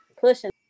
pushing